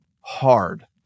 hard